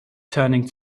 turning